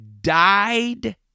died